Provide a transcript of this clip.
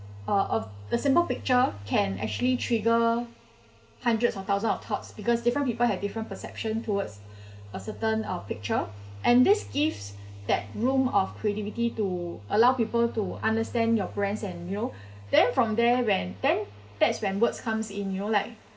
uh a a simple picture can actually trigger hundreds or thousand of thoughts because different people have different perception towards a certain uh picture and this gives that room of creativity to allow people to understand your brands and you then from there then that's when words comes in you know like